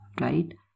right